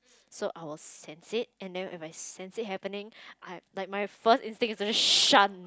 so I will sense it and then if I sense it happening I like my first instinct is to shun